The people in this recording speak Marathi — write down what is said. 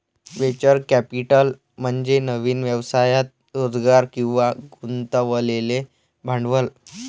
व्हेंचर कॅपिटल म्हणजे नवीन व्यवसायात रोजगार किंवा गुंतवलेले भांडवल